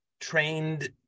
trained